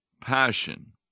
passion